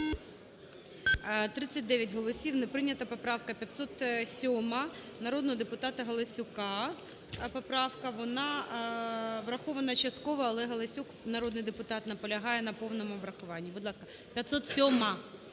39 голосів. Не прийнята поправка. 507-а. народного депутата Галасюка поправка. Вона врахована частково, але Галасюк, народний депутат, наполягає на повному врахуванні. Будь ласка. 507-а.